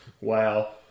Wow